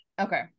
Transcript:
okay